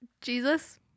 Jesus